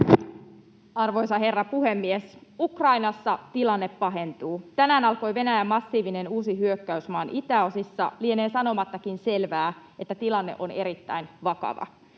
Arvoisa herra puhemies! Ukrainassa tilanne pahentuu. Tänään alkoi Venäjän massiivinen uusi hyökkäys maan itäosissa. Lienee sanomattakin selvää, että tilanne on erittäin vakava.